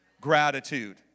gratitude